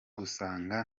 gusanga